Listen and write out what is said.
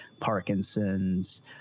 Parkinson's